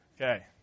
Okay